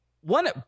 one